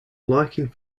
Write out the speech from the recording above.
liking